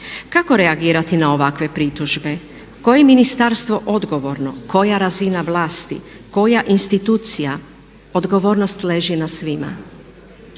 Kako reagirati na ovakve pritužbe? Koje je ministarstvo odgovorno, koja razina vlasti, koja institucija? Odgovornost leži na svima.